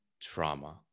trauma